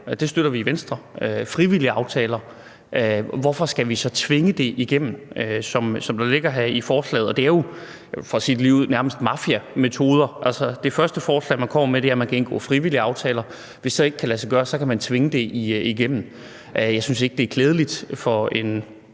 Det støtter vi i Venstre. Hvorfor skal vi så tvinge det igennem, som det ligger her i forslaget? Og det er jo – for at sige det ligeud – nærmest mafiametoder. Altså, det første forslag, man kommer med er, at man kan indgå frivillige aftaler. Hvis det så ikke kan lade sig gøre, kan man tvinge det igennem. Jeg synes ikke, det er klædeligt for nogen